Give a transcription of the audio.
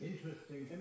Interesting